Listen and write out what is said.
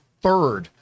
third